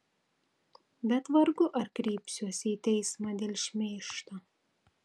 bet vargu ar kreipsiuosi į teismą dėl šmeižto